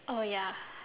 oh ya